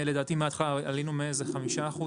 מאזור ה-5%